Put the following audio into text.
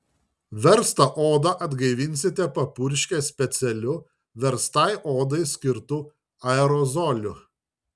verstą odą atgaivinsite papurškę specialiu verstai odai skirtu aerozoliu